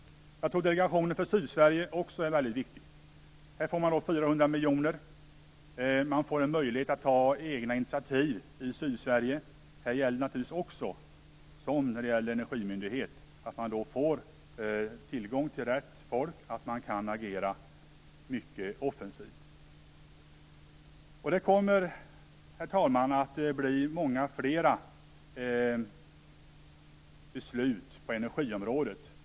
Jag tror att delegationen för Sydsverige också är väldigt viktig. Här får man 400 miljoner. Man får en möjlighet att ta egna initiativ i Sydsverige. Det gäller naturligtvis också, på samma sätt som för energimyndigheten, att man får tillgång till rätt folk och kan agera mycket offensivt. Det kommer, herr talman, att bli många fler beslut på energiområdet.